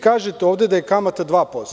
Kažete ovde da je kamata 2%